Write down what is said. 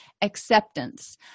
acceptance